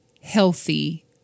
healthy